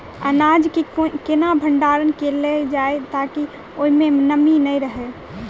अनाज केँ केना भण्डारण कैल जाए ताकि ओई मै नमी नै रहै?